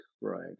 right